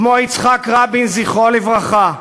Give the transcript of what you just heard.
וכמו יצחק רבין, זכרו לברכה,